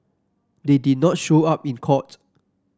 they did not show up in court